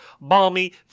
balmy